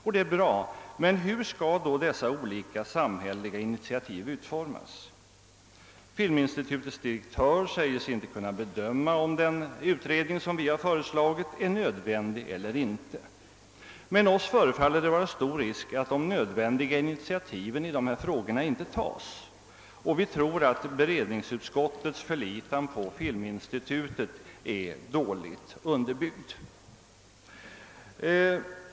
Detta är bra, men hur skall då dessa olika samhälleliga initiativ utformas? Filminstitutets direktör säger sig inte kunna bedöma om den utredning som vi föreslagit är nödvändig eller inte, men oss förefaller det vara stor risk att de nödvändiga initiativen i dessa frågor inte tas, och vi tror att allmänna beredningsutskottets förlitan på filminstitutet är dåligt underbyggd.